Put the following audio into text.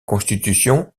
constitution